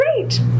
great